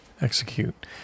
execute